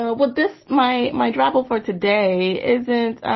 ah with this my my drabble for today isn't